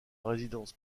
résidence